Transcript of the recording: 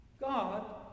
God